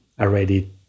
already